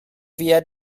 wir